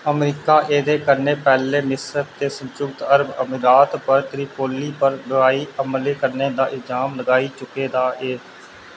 America एह्दे कन्नै पैह्ले मिस्र ते संयुक्त अरब अमीरात पर त्रिपोली पर ब्हाई हमले करने दा इल्जाम लगाई चुके दा ए